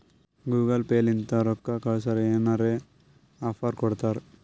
Google Pay ಲಿಂತ ರೊಕ್ಕಾ ಕಳ್ಸುರ್ ಏನ್ರೆ ಆಫರ್ ಕೊಡ್ತಾರ್